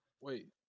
wait